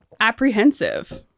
apprehensive